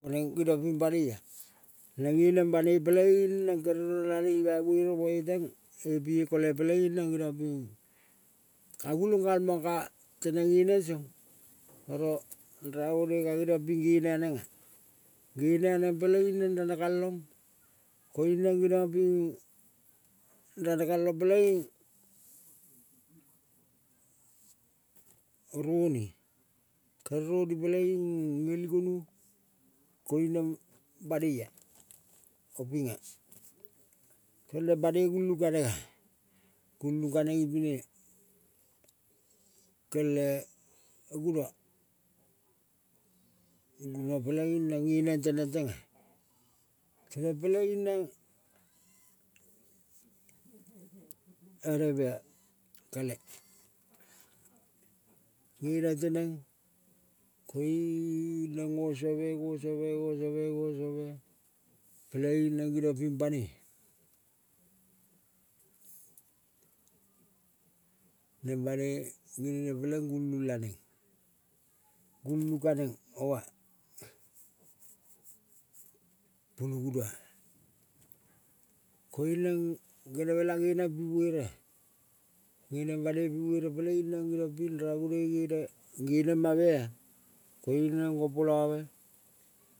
Neng geniong ping banoia, neng ngeneng banoi peleing neng kere rong naneng ima avere moe teng epi ekole peleing neng geniong ping ka gulong galmang ka teneng ngeneng song. Oro raivonoi ka geniong ping gene anenga. Gene aneng peleing neng ranekalong koiung neng geniong ping ranekalong peleing roni kere roni peleing ngeli gonu. Koiung neng banoia opinga, peleng banoi gulung kanenga. Golung kaneng ipine kele guno, ima peleing neng ngeneng teneng tenga. Teneng peking neng one mia kale nge neng teneng koing neng ngo, suame ngo, suame ngo, suame ngo, suame peleing neng geniong ping. Neng banoi gene-ne peleng gulung laneng. Gulung kaneng oma-a pulu guna-a koiung neng genemela geneng pi. Verea koiung neng banoi pi vere peleing neng geniong ping raivonoi gene genema mea. Koiung neng gom polave.